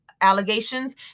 allegations